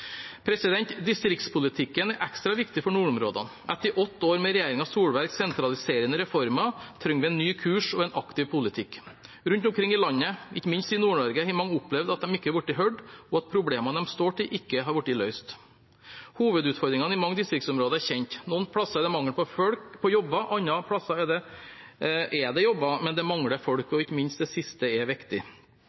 Distriktspolitikken er ekstra viktig for nordområdene. Etter åtte år med Solberg-regjeringens sentraliserende reformer trenger vi en ny kurs og en aktiv politikk. Rundt omkring i landet – ikke minst i Nord-Norge – har mange opplevd at de ikke har blitt hørt, og at problemene de står i, ikke har blitt løst. Hovedutfordringene i mange distriktsområder er kjent: Noen steder er det mangel på jobber, andre steder er det jobber, men det mangler folk – ikke minst det siste er viktig.